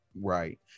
Right